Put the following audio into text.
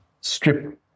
strip